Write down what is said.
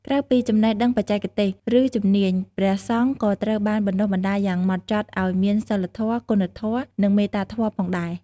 ក្រៅពីចំណេះដឹងបច្ចេកទេស ឬជំនាញ ព្រះសង្ឃក៏ត្រូវបានបណ្តុះបណ្តាលយ៉ាងហ្មត់ចត់ឱ្យមានសីលធម៌ គុណធម៌ និងមេត្តាធម៌ផងដែរ។